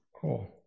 cool